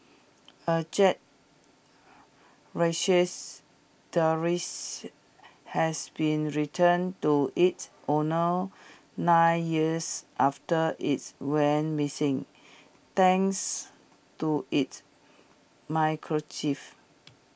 A Jack Russels terriers has been returned to its owners nine years after its went missing thanks to its microchip